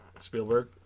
Spielberg